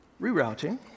rerouting